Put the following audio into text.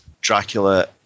Dracula